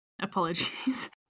apologies